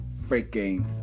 freaking